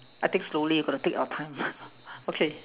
I take slowly we got to take our time okay